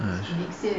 uh